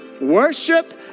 worship